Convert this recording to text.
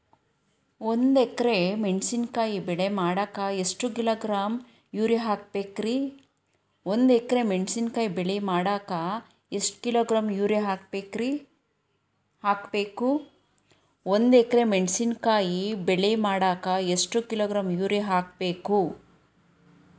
ಒಂದ್ ಎಕರೆ ಮೆಣಸಿನಕಾಯಿ ಬೆಳಿ ಮಾಡಾಕ ಎಷ್ಟ ಕಿಲೋಗ್ರಾಂ ಯೂರಿಯಾ ಹಾಕ್ಬೇಕು?